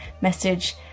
message